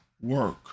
work